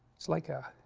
like a